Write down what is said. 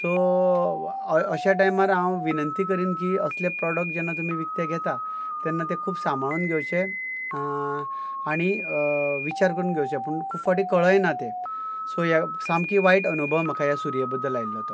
so अश्या टायमार हांव विनंती करीन की असले प्रोडक्ट जेन्ना तुमी विकते घेता तेन्ना ते खूब सांबाळून घेवचे आनी विचार करून घेवचे पूण खूब फावटी कळय ना ते सो ह्या सामकी वायट अणभव म्हाका ह्या सुऱ्ये बद्दल आयिल्लो तो